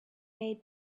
made